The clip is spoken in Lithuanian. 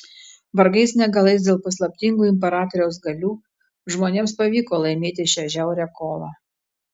vargais negalais dėl paslaptingų imperatoriaus galių žmonėms pavyko laimėti šią žiaurią kovą